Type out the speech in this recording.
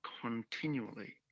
continually